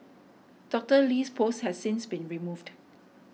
Doctor Lee's post has since been removed